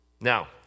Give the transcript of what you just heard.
Now